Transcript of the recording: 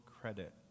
credit